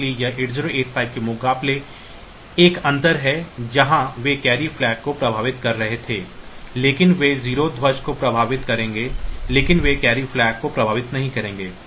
इसलिए यह 8085 के मुकाबले एक अंतर है जहां वे कैरी फ्लैग को प्रभावित कर रहे थे लेकिन वे 0 ध्वज को प्रभावित करेंगे लेकिन वे कैरी फ्लैग को प्रभावित नहीं करेंगे